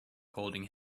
holding